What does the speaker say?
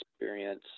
experience